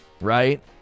right